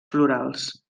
florals